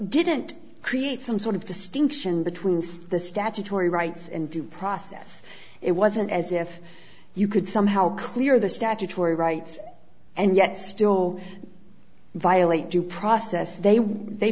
didn't create some sort of distinction between the statutory rights and due process it wasn't as if you could somehow clear the statutory rights and yet still violate due process they